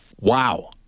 Wow